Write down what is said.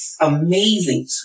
amazing